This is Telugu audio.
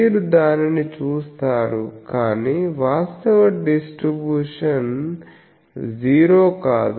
మీరు దానిని చూస్తారు కానీ వాస్తవ డిస్ట్రిబ్యూషన్స్ జీరో కాదు